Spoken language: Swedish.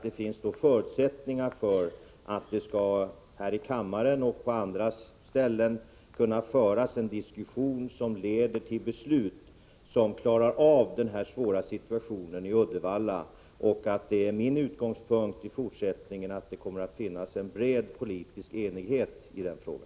Det finns då förutsättningar för att det här i kammaren och i andra sammanhang skall kunna föras en diskussion som leder till beslut, så att man klarar av den svåra situationen i Uddevalla. Min utgångspunkt är att det i fortsättningen kommer att finnas en bred politisk enighet i denna fråga.